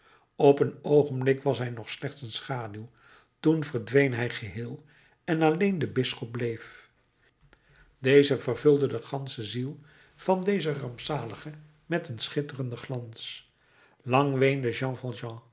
op een oogenblik was hij nog slechts een schaduw toen verdween hij geheel en alleen de bisschop bleef deze vervulde de gansche ziel van dezen rampzalige met een schitterenden glans lang weende jean